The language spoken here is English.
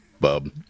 bub